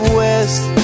west